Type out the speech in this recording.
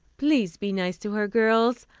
please be nice to her, girls.